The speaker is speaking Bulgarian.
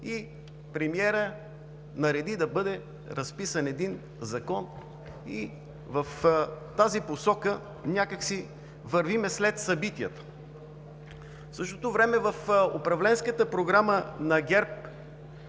и премиерът нареди да бъде разписан един закон. В тази посока някак си вървим след събитията. В същото време в Управленската програма на ГЕРБ,